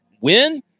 win